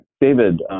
David